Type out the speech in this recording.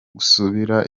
gusubira